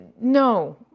no